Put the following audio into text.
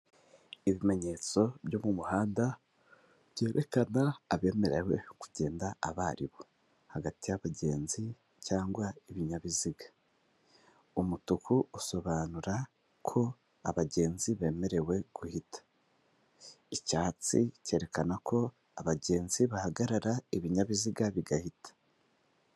Ibimenyetso byo mu muhanda byerekaNa abemerewe kugenda abo ari bo hagati y'abagenzi cyangwa ibinyabiziga. Umutuku usobanura ko abagenzi bemerewe guhita, icyatsi cyerekana ko abagenzi bahagarara ibinyabiziga bigahita.